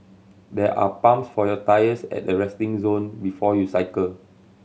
there are pumps for your tyres at the resting zone before you cycle